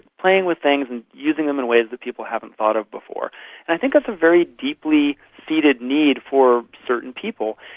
playing with things and using them in ways that people haven't thought of before. and i think that's a very deeply seated need for certain people,